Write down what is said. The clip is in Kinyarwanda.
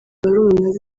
barumuna